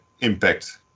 impact